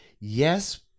yes